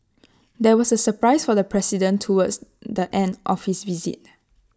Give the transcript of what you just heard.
there was A surprise for the president towards the end of his visit